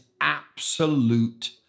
absolute